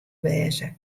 wêze